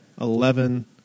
Eleven